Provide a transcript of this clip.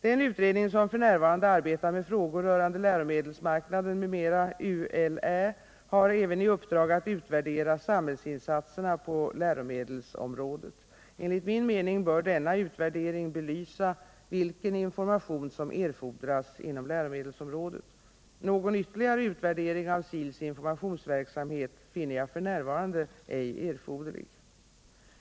Den utredning som f. n. arbetar med frågor rörande läromedelsmarknaden m.m. har även i uppdrag att utvärdera samhällsinsatserna på läromedelsområdet. Enligt min mening bör denna utvärdering belysa vilken information som erfordras inom läromedelsområdet. Någon ytterligare utvärdering av SIL:s informationsverksamhet finner jag f. n. ej erforderlig.